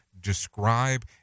describe